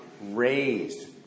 raised